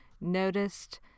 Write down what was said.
noticed